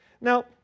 Now